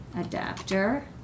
Adapter